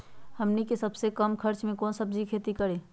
हमनी के सबसे कम खर्च में कौन से सब्जी के खेती करी?